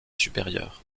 supérieures